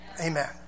Amen